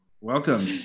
welcome